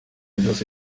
byose